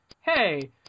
Hey